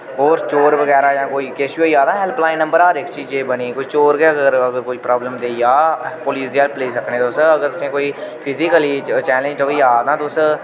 होर चोर बगैरा जां कोई किश बी होई गेआ तां हेल्प लाइन नंबर हर इक चीजै दी बनी दी कोई चोर गै अगर कोई प्रॉब्लम देई गेआ पुलिस दी हेल्प लेई सकने तुस अगर तुसें कोई फिजिकली चै चैलेंज होई गेआ तां तुस